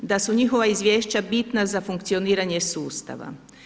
Da su njihova izvješća bitna za funkcioniranje sustava.